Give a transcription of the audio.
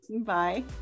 Bye